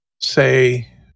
say